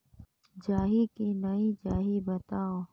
जाही की नइ जाही बताव?